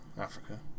Africa